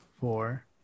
four